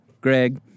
Greg